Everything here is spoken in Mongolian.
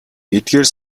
эдгээр